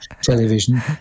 television